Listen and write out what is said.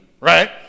right